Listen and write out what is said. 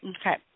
Okay